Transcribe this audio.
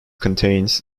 contains